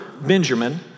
Benjamin